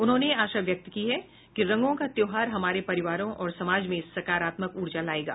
उन्होंने आशा व्यक्त की है कि रंगों का त्योहार हमारे परिवारों और समाज में सकारात्मक ऊर्जा लाएगा